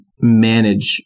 manage